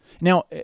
Now